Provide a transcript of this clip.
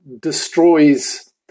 destroys